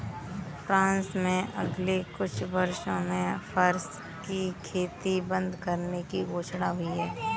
France में अगले कुछ वर्षों में फर की खेती बंद करने की घोषणा हुई है